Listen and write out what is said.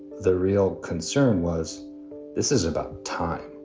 the real concern was this is about time,